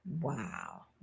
Wow